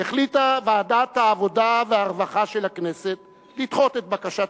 החליטה ועדת העבודה והרווחה של הכנסת לדחות את בקשת